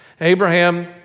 Abraham